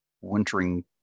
wintering